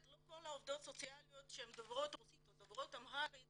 לא כל העובדות הסוציאליות דוברות רוסית או אמהרית